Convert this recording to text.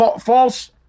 false